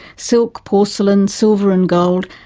silk, porcelain, silver and gold,